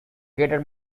greater